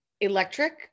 electric